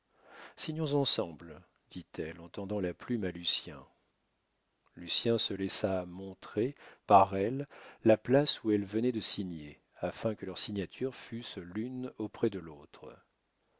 signons ensemble dit-elle en tendant la plume à lucien lucien se laissa montrer par elle la place où elle venait de signer afin que leurs signatures fussent l'une auprès de l'autre